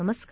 नमस्कार